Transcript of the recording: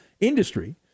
industry